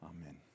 amen